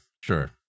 Sure